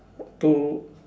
two